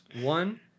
one